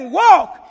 walk